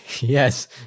Yes